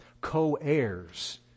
co-heirs